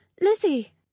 Lizzie